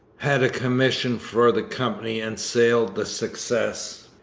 had a commission for the company and sailed the success.